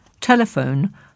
Telephone